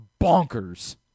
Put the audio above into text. bonkers